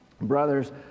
Brothers